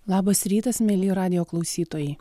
labas rytas mielieji radijo klausytojai